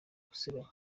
gusebanya